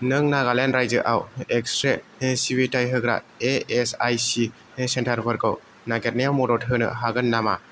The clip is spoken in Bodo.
नों नागालेण्ड रायजोआव एक्स रे सिबिथाय होग्रा ए एस आइ सि सेन्टारफोरखौ नागिरनायाव मदद होनो हागोन नामा